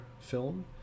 film